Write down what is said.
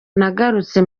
nagarutse